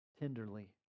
tenderly